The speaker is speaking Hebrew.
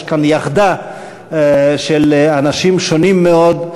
יש כאן יחדה של אנשים שונים מאוד,